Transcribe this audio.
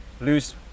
lose